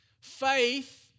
Faith